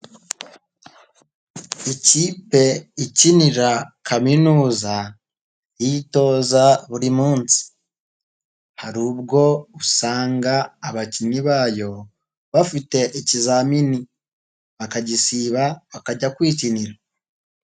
Ikipe ikinira kaminuza yitoza buri munsi, hari ubwo usanga abakinnyi bayo bafite ikizamini bakagisiba bakajya kwikinira.